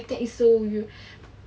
like that is so